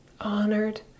Honored